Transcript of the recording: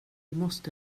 måste